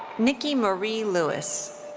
niki marie lewis.